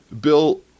Bill